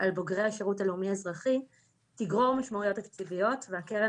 על בוגרי השירות הלאומי אזרחי תגרור משמעויות תקציביות והקרן